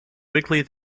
weekly